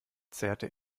zerrte